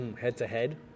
head-to-head